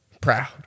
proud